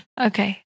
Okay